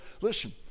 Listen